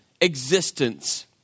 existence